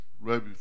right